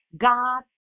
God